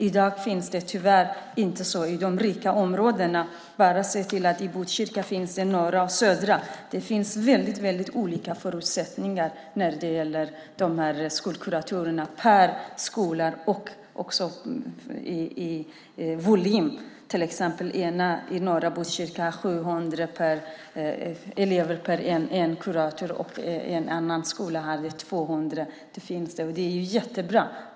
I dag är det tyvärr inte så. I norra och södra Botkyrka är det olika förutsättningar för skolkuratorerna. Det gäller både per skola och i volym. I till exempel norra Botkyrka är det 700 elever per kurator, i en annan skola kan det vara 200 elever per kurator, vilket är bra.